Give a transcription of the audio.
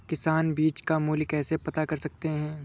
किसान बीज का मूल्य कैसे पता कर सकते हैं?